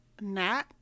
Nat